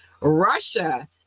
russia